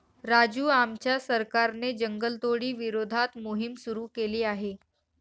राजू आमच्या सरकारने जंगलतोडी विरोधात मोहिम सुरू केली आहे